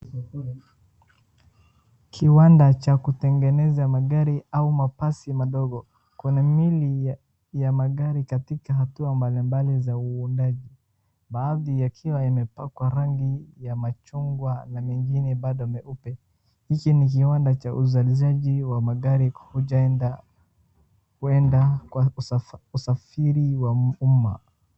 Kiwanda cha kutengeneza magari au mabasi madogo kuna mili ya magari katika hatua mbalimbali za uundaji baathi yakiwa yamepakwa rangi ya machungwa na mengine bado meupe hiki ni kiwanda cha uzalizaji ya magari kuenda kwa usafiri wa uma.